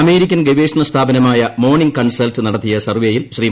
American ഗവേഷണ സ്ഥാപനമായ മോണിങ് കൺസൾട്ട് നടത്തിയ സർവേയിൽ ശ്രീ